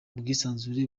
bwisanzure